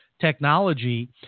technology